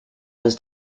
was